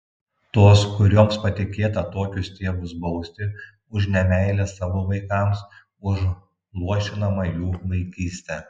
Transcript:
tos kurioms patikėta tokius tėvus bausti už nemeilę savo vaikams už luošinamą jų vaikystę